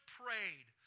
prayed